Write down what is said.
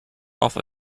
off